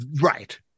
Right